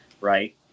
Right